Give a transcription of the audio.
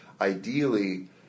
ideally